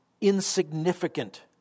insignificant